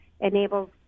enables